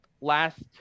last